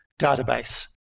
database